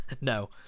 No